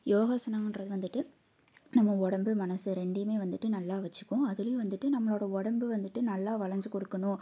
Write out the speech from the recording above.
யோகாசனோன்கிறது வந்துட்டு நம்ம உடம்பு மனது ரெண்டுயுமே வந்துட்டு நல்லா வெச்சசுக்கும் அதுலையும் வந்துட்டு நம்மளோட உடம்பு வந்துட்டு நல்லா வளைஞ்சி கொடுக்கணும்